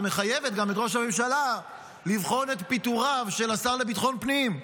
ומחייבת גם את ראש הממשלה לבחון את פיטוריו של השר לביטחון הפנים.